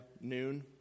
noon